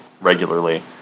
regularly